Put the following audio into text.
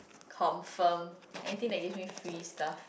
confirm anything that gives me free stuff